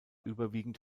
überwiegend